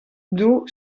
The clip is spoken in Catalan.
duu